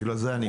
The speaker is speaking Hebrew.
לכן אני פה.